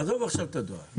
עזוב עכשיו את הדואר.